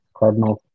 Cardinals